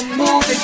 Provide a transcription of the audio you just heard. move